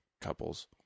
couples